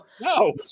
No